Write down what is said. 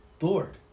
Lord